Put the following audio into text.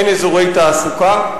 אין אזורי תעסוקה,